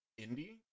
indie